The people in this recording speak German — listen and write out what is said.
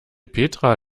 petra